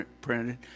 printed